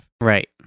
Right